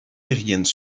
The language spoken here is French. aériennes